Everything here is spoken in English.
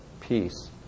peace